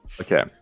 okay